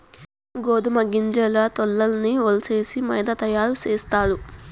గోదుమ గింజల తోల్లన్నీ ఒలిసేసి మైదా తయారు సేస్తారు